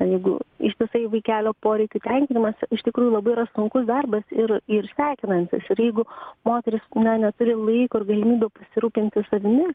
jeigu ištisai vaikelio poreikių tenkinimas iš tikrųjų labai yra sunkus darbas ir ir sekinantis ir jeigu moteris na neturi laiko ir galimybių pasirūpinti savimi